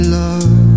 love